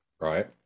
Right